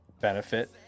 benefit